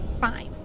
Fine